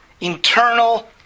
internal